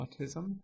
autism